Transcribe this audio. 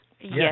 Yes